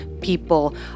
people